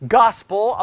gospel